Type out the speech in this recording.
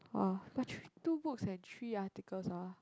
!wah! must read two books and three articles ah